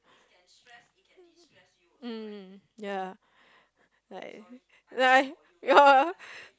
mm mm ya like like your